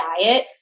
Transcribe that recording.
diet